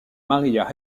maria